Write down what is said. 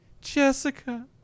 Jessica